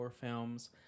films